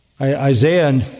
Isaiah